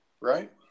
Right